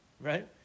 right